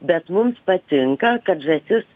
bet mums patinka kad žąsis